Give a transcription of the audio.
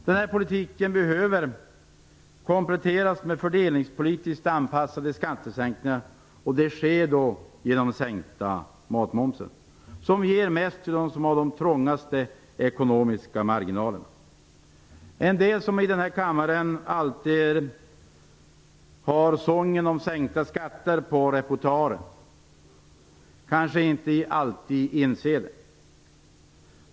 Denna politik behöver kompletteras med fördelningspolitiskt anpassade skattesänkningar, och det sker genom sänkningen av matmomsen, som ger mest till dem som har de trängsta ekonomiska marginalerna. En del i denna kammare som har sången om sänkta skatter på repertoaren kanske inte alltid inser detta.